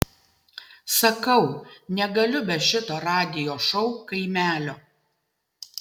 sakau negaliu be šito radijo šou kaimelio